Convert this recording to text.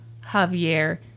Javier